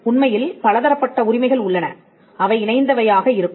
உண்மையில் பலதரப்பட்ட உரிமைகள் உள்ளன அவை இணைந்தவையாக இருக்கும்